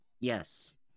Yes